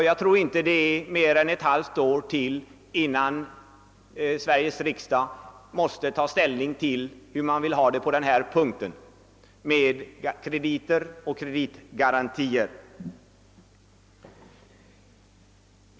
Jag tror inte det dröjer mer än ett halvt år, innan Sveriges riksdag måste ta ställning till hur vi skall ha det på denna punkt med krediter och kreditgarantier.